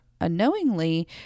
unknowingly